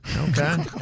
Okay